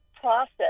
process